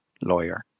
lawyer